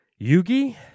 Yugi